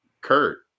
Kurt